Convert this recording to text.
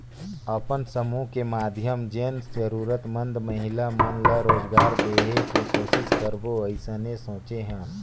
अपन समुह के माधियम जेन जरूरतमंद महिला मन ला रोजगार देहे के कोसिस करबो अइसने सोचे हन